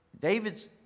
David's